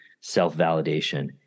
self-validation